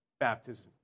baptism